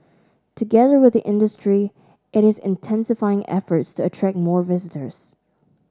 together with the industry it is intensifying efforts to attract more visitors